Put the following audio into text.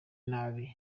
nabi